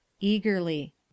Eagerly